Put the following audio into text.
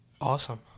Awesome